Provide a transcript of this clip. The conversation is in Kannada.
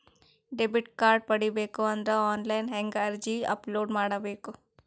ಡೆಬಿಟ್ ಕಾರ್ಡ್ ಪಡಿಬೇಕು ಅಂದ್ರ ಆನ್ಲೈನ್ ಹೆಂಗ್ ಅರ್ಜಿ ಅಪಲೊಡ ಮಾಡಬೇಕು?